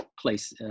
place